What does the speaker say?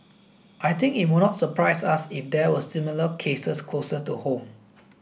I think it would not surprise us if there were similar cases closer to home